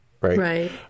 right